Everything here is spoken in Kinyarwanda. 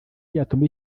byatuma